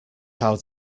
how